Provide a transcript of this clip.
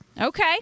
Okay